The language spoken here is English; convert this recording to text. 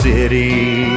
City